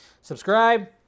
Subscribe